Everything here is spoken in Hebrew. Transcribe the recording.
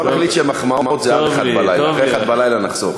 בוא נחליט שמחמאות זה עד 01:00. אחרי 01:00 נחסוך,